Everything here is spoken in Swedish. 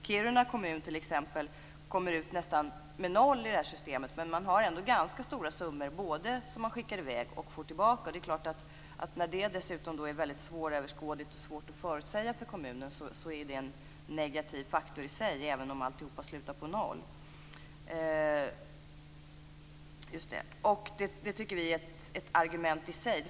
Kiruna kommun kommer ut nästan på noll i det här systemet, men man har ändå ganska stora summor som man både skickar i väg och får tillbaka. När detta dessutom är väldigt svåröverskådligt och svårt att förutsäga för kommunen är det förstås en negativ faktor i sig, även om alltihop slutar på noll. Detta tycker vi är ett argument i sig.